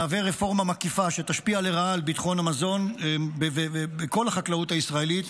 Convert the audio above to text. מהווה רפורמה מקיפה שתשפיע לרעה על ביטחון המזון בכל החקלאות הישראלית,